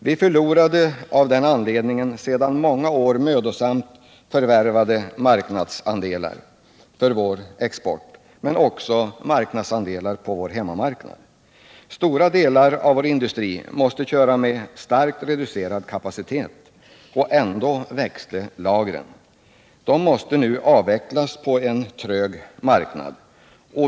Vi förlorade av den anledningen sedan många år mödosamt förvärvade marknadsandelar för vår export men också marknadsandelar på vår hemmamarknad. Stora delar av vår industri måste köra med starkt reducerad kapacitet, och ändå växte lagren. De måste nu avvecklas på en trög marknad.